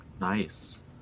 Nice